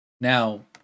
Now